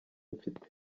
mfite